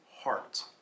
heart